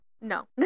No